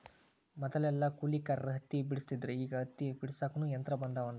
ಮದಲೆಲ್ಲಾ ಕೂಲಿಕಾರರ ಹತ್ತಿ ಬೆಡಸ್ತಿದ್ರ ಈಗ ಹತ್ತಿ ಬಿಡಸಾಕುನು ಯಂತ್ರ ಬಂದಾವಂತ